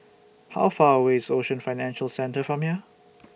How Far away IS Ocean Financial Centre from here